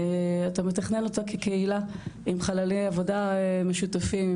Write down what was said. אתה מתכנן אותה כקהילה עם חללי עבודה משותפים.